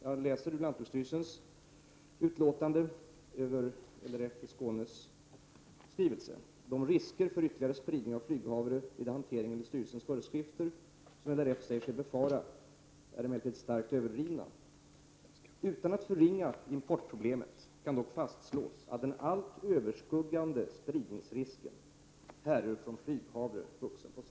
Jag läser ur lantbruksstyrelsens utlåtande över LRF:s i Skåne skrivelse: De risker för ytterligare spridning av flyghavre vid hanteringen enligt styrelsens föreskrifter som LRF säger sig befara är emellertid starkt överdrivna. Utan att förringa importproblemet kan dock fastslås att den allt överskuggande spridningsrisken härrör från flyghavre vuxen på svensk mark.